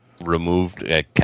Removed